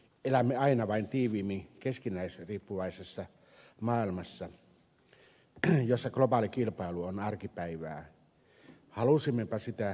elämme aina vain tiiviimmin keskinäisriippuvaisessa maailmassa jossa globaali kilpailu on arkipäivää halusimmepa sitä tai emme